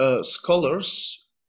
scholars